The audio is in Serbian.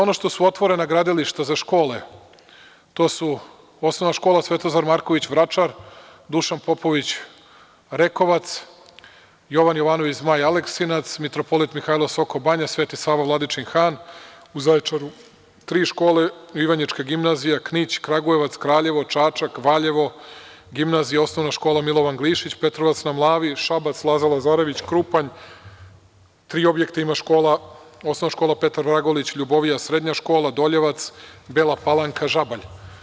Ono što su otvorena gradilišta za škole, to su Osnovna škola „Svetozar Marković“ Vračar, „Dušan Popović“ Rekovac, „Jovan Jovanović Zmaj“ Aleksinac, „Mitropolit Mihailo“ Soko banja, „Sveti Sava“ Vladičin Han, u Zaječaru tri škole, Ivanjička gimnazija, Knić, Kragujevac, Kraljevo, Čačak, Valjevo, gimnazija i osnovna škola „Milovan Glišić“ Petrovac na Mlavi Šabac, „Laza Lazarević“ Krupanj, tri objekta ima škola Osnovna škola „Petar Vragolić“ Ljubovija, srednja škola Doljevac, Bela Palanka, Žabalj.